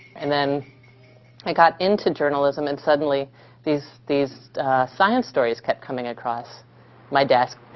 and then i got into journalism, and suddenly these these science stories kept coming across my desk.